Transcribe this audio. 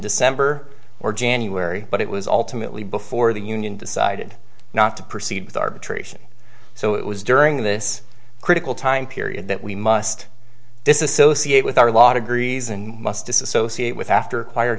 december or january but it was all to mutely before the union decided not to proceed with arbitration so it was during this critical time period that we must disassociate with our law degrees and must disassociate with after